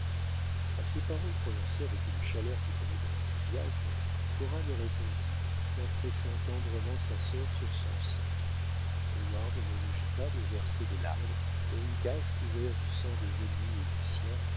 à ces paroles prononcées avec une chaleur qui tenait de l'enthousiasme cora ne répondit qu'en pressant tendrement sa sœur sur son sein heyward ne rougit pas de verser des larmes et uncas couvert du sang des ennemis et du sien